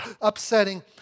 upsetting